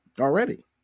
already